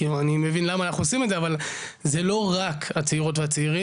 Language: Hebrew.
אנחנו מבינים למה אנחנו עושים את זה אבל זה לא רק הצעירות והצעירים,